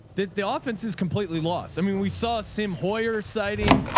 the the ah offense is completely lost. i mean, we saw sim hoyer sighting.